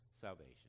salvation